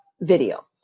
video